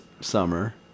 summer